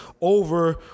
over